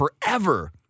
Forever